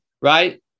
right